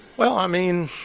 well, i mean,